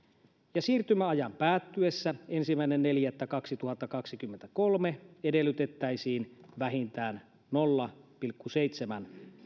siirtymäajan päättyessä ensimmäinen neljättä kaksituhattakaksikymmentäkolme edellytettäisiin vähintään nolla pilkku seitsemän